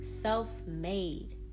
Self-made